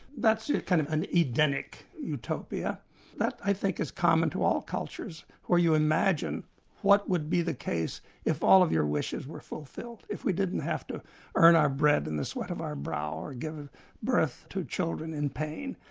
that's a kind of and edenic utopia that i think is common to all cultures where you imagine what would be the case if all of your wishes were fulfilled, if we didn't have to earn our bread by and the sweat of our brow, or give birth to children in pain.